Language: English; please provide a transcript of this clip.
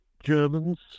Germans